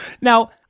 Now